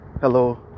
hello